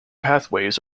pathways